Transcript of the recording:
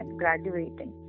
graduating